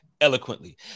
eloquently